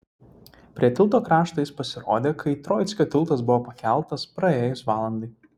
prie tilto krašto jis pasirodė kai troickio tiltas buvo pakeltas praėjus valandai